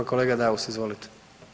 Kolega Daus, izvolite.